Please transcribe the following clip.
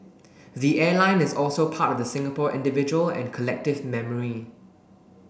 the airline is also part of the Singapore individual and collective memory